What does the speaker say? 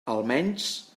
almenys